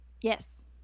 Yes